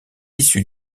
issue